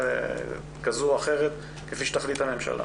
תכנית כזו או אחרת, כפי שתחליט הממשלה